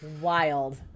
wild